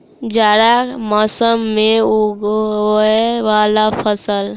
जाड़ा मौसम मे उगवय वला फसल?